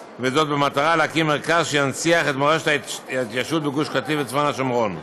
במטרה להקים מרכז שינציח את מורשת ההתיישבות בגוש קטיף וצפון השומרון,